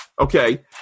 okay